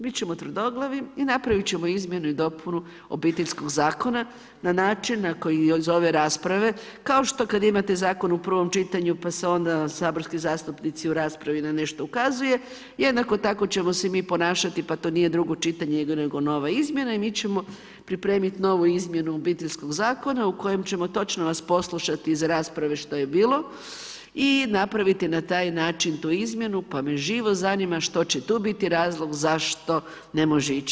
Bit ćemo tvrdoglavi i napravit ćemo izmjenu i dopunu obiteljskog zakona na način na koji je iz ove rasprave, kao što kad imate zakon u prvom čitanju pa se onda saborski zastupnici u raspravi na nešto ukazuje, jednako tako ćemo se i mi ponašati, pa to nije drugo čitanje, nego nova izmjena i mi ćemo pripremit novu izmjenu Obiteljskog zakona u kojem ćemo točno vas poslušati iz rasprave što je bilo i napraviti na taj način tu izmjenu pa me živo zanima što će tu biti razlog zašto ne može ići.